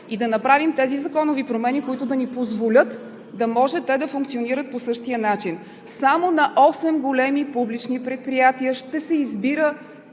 и да направим тези законови промени, които да ни позволят те да може да функционират по същия начин. Само на осем големи публични предприятия ще се избира